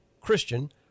Christian